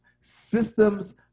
Systems